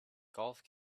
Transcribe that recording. golf